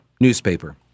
newspaper